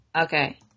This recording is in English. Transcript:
Okay